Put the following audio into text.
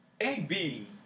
AB